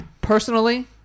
Personally